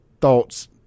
thoughts